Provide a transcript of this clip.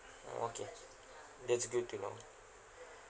uh okay that's good to know